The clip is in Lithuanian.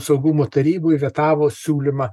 saugumo taryboj vetavo siūlymą